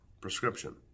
Prescription